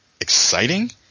exciting